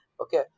Okay